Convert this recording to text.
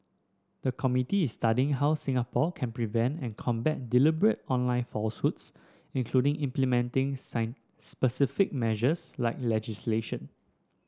the committee is studying how Singapore can prevent and combat deliberate online falsehoods including implementing specific measures like legislation